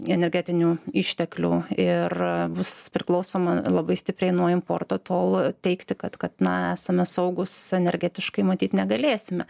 energetinių išteklių ir bus priklausoma labai stipriai nuo importo tol teigti kad kad na esame saugūs energetiškai matyt negalėsime